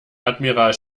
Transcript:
admiral